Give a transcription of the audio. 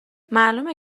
معلومه